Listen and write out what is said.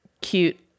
cute